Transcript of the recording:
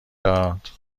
داد